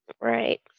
Right